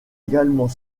également